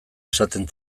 esaten